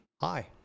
Hi